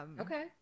okay